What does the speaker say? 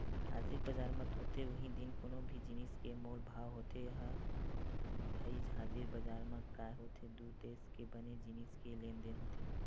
हाजिर बजार म तुरते उहीं दिन कोनो भी जिनिस के मोल भाव होथे ह भई हाजिर बजार म काय होथे दू देस के बने जिनिस के लेन देन होथे